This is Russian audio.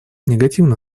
негативно